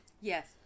Yes